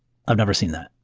i've never seen that.